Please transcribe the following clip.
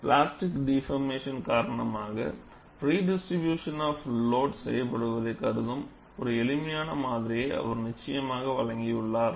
plastic deformation காரணமாக redistribution of load செய்யப்படுவதைக் கருதும் ஒரு எளிமையான மாதிரியை அவர் நிச்சயமாக வழங்கி உள்ளார்